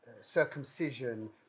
circumcision